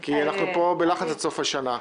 כי אנחנו פה בלחץ עד סוף השנה.